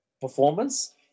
performance